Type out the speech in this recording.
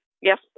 Yes